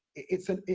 it's a,